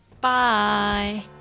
Bye